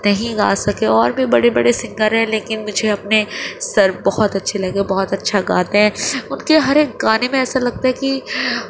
نہیں گا سکے اور بھی بڑے بڑے سنگر ہیں لیکن مجھے اپنے سر بہت اچھے لگے بہت اچھا گاتے ہیں ان کے ہر ایک گانے میں ایسا لگتا ہے کہ